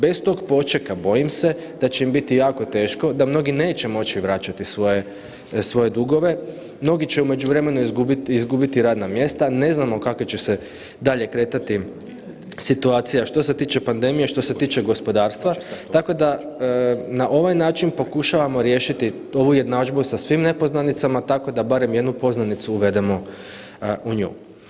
Bez tog počeka bojim se da će im biti jako teško, da mnogi neće moći vraćati svoje dugove, mnogi će u međuvremenu izgubiti radna mjesta, ne znamo kako će se dalje kretati situacija što se tiče pandemije, što se tiče gospodarstva, tako da na ovaj način pokušavamo riješiti ovu jednadžbu sa svim nepoznanicama tako da barem jednu poznanicu uvedemo u nju.